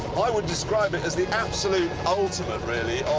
i would describe it as the absolute ultimate, really,